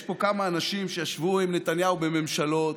יש פה כמה אנשים שישבו עם נתניהו בממשלות,